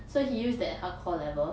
so he used that hardcore level